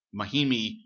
Mahimi